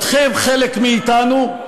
אתכם חלק מאתנו,